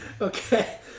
Okay